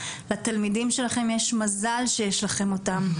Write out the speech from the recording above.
לתלמידים שלכם יש מזל שיש להם אותם.